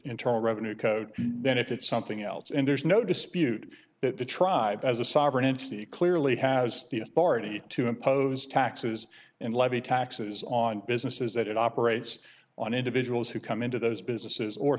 internal revenue code then if it's something else and there's no dispute that the tribe as a sovereign entity clearly has the authority to impose taxes and levy taxes on businesses that it operates on individuals who come into those businesses or